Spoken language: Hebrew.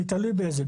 זה תלוי איפה.